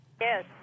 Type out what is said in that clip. Yes